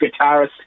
guitarist